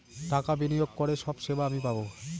টাকা বিনিয়োগ করে সব সেবা আমি পাবো